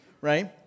right